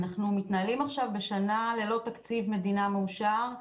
אנחנו מתנהלים עכשיו בשנה ללא תקציב מדינה מאושר,